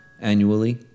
annually